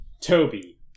Toby